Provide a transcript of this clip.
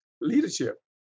leadership